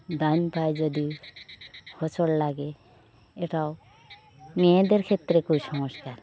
ডান পায়ে যদি হোঁচট লাগে এটাও মেয়েদের ক্ষেত্রে কুসংস্কার